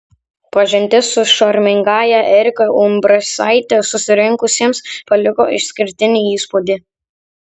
pažintis su šarmingąja erika umbrasaite susirinkusiems paliko išskirtinį įspūdį